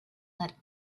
let